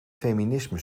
feminisme